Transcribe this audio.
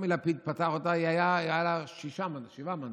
כשטומי לפיד פתח אותה, היו לה שבעה מנדטים.